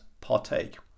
partake